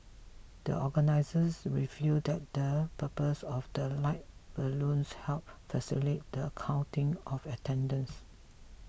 the organisers revealed that the purpose of the lighted balloons helped facilitate the counting of attendance